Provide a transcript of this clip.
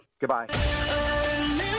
Goodbye